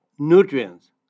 Nutrients